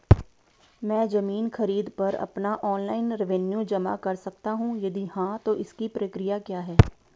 मैं ज़मीन खरीद पर अपना ऑनलाइन रेवन्यू जमा कर सकता हूँ यदि हाँ तो इसकी प्रक्रिया क्या है?